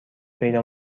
پیدا